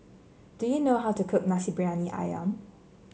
do you know how to cook Nasi Briyani ayam